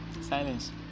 silence